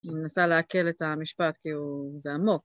אני מנסה לעכל את המשפט, ‫כי הוא.. זה עמוק.